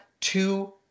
two